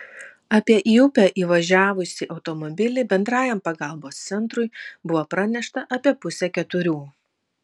apie į upę įvažiavusį automobilį bendrajam pagalbos centrui buvo pranešta apie pusę keturių